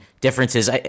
differences